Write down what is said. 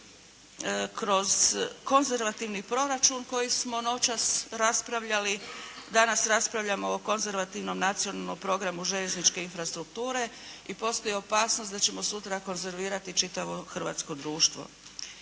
kroz konzervativni proračun koji smo noćas raspravljali, danas raspravljamo o konzervativnom nacionalnom programu željezničke infrastrukture i postoj opasnost da ćemo sutra konzervirati čitavo hrvatsko društvo.